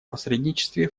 посредничестве